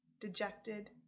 dejected